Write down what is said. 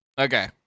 Okay